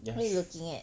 yucks